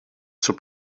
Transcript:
zur